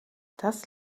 das